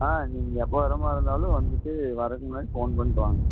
ஆ நீங்கள் எப்போ வர மாதிரி இருந்தாலும் வந்துட்டு வரதுக்கு முன்னாடி ஃபோன் பண்ணிட்டு வாங்க